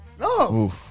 No